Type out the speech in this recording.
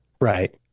Right